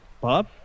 Bob